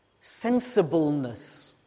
sensibleness